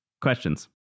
questions